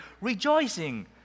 rejoicing